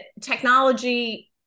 technology